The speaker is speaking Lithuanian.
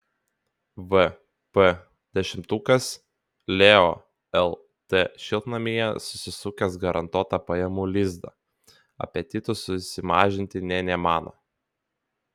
vp dešimtukas leo lt šiltnamyje susisukęs garantuotą pajamų lizdą apetitų susimažinti nė nemano